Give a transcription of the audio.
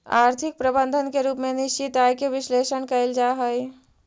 आर्थिक प्रबंधन के रूप में निश्चित आय के विश्लेषण कईल जा हई